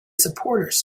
supporters